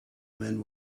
men